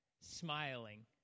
smiling